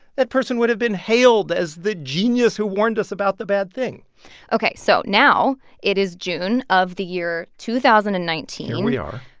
that person would've been hailed as the genius who warned us about the bad thing ok. so now it is june of the year two thousand and nineteen. here we are.